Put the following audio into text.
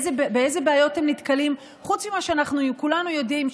באילו בעיות הם נתקלים חוץ ממה שכולנו יודעים,